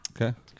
Okay